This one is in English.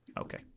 Okay